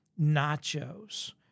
nachos